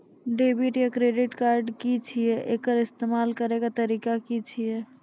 Debit या credit card की छियै? एकर इस्तेमाल करैक तरीका की छियै?